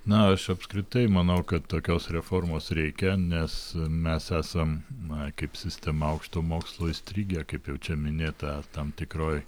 na aš apskritai manau kad tokios reformos reikia nes mes esam na kaip sistema aukštojo mokslo įstrigę kaip jau čia minėta tam tikroj